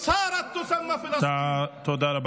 אני רוצה להגיד לנתניהו: (אומר בערבית: